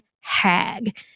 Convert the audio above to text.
hag